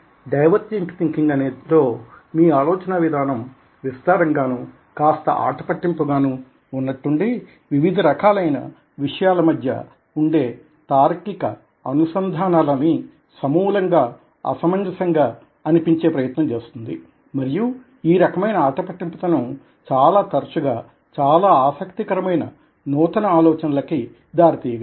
divergent thinking లో మీ అలోచనావిధానం విస్తారంగానూ కాస్త ఆటపట్టింపుగానూ వున్నట్లుండి వివిధ రకాలైన విషయాల మధ్య వుండే తార్కిక అనుసంధానాలని సమూలంగా అసమంజసంగా అనిపించే ప్రయత్నం చేస్తుంది మరియు ఈ రకమైన ఆటపట్టింపు తనం చాలా తరచుగా చాలా ఆసక్తికరమైన నూతన ఆలోచనలకి దారి తీయగలదు